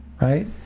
Right